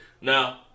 Now